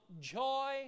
Joy